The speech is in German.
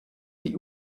die